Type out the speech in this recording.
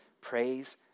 Praise